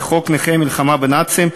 ולחוק נכי המלחמה בנאצים,